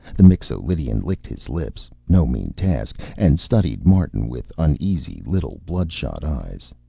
the mixo-lydian licked his lips no mean task and studied martin with uneasy little bloodshot eyes.